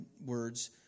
words